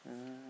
oh